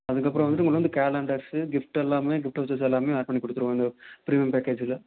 அதுக்கப்புறம் வந்துட்டு உங்களுருந்து கேலண்டர்ஸு கிஃப்ட்டெல்லாமே கிஃப்ட் வவுச்சர்ஸ் எல்லாமே ஆட் பண்ணி கொடுத்துருவோம் அந்த ப்ரீமியம் பேக்கேஜியில்